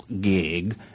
gig